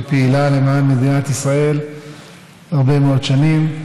שפעילה למען מדינת ישראל הרבה מאוד שנים.